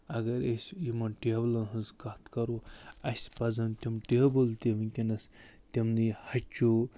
اگر أسۍ یِمَن ٹیبلَن ۂنٛز کَتھ کَرَو اَسہِ پَزَن تِم ٹیبٕل تہِ ؤنکیٚنَس تِمٛنٕے ہَچوٗ